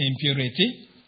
impurity